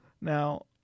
now